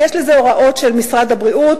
ויש לזה הוראות של משרד הבריאות,